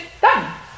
done